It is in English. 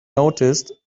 noticed